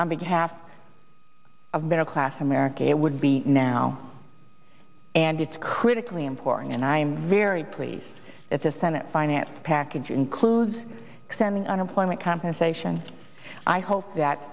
behalf of middle class america it would be now and it's critically important and i am very pleased that the senate finance package includes extending unemployment compensation i hope that